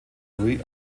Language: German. louis